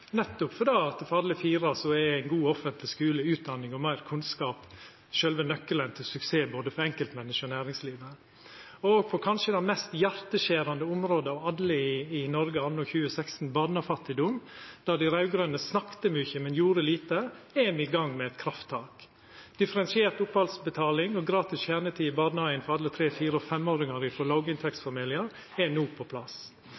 nettopp fordi for alle fire er god offentleg skule, utdanning og meir kunnskap sjølve nøkkelen til suksess, både for enkeltmenneske og for næringslivet. Og på kanskje det mest hjarteskjerande området av alle i Noreg anno 2016, barnefattigdom, der dei raud-grøne snakka mykje, men gjorde lite, er ein i gang med eit krafttak. Differensiert opphaldsbetaling og gratis kjernetid i barnehagen for alle tre-, fire - og femåringar frå låginntektsfamiliar er no på plass.